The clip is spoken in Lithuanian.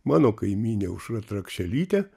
mano kaimynė aušra trakšelytė